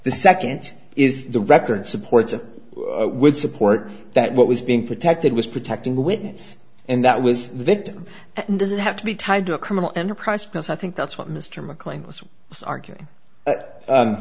the second is the record supports of would support that what was being protected was protecting the witness and that was the victim and doesn't have to be tied to a criminal enterprise because i think that's what mr mclean was arguing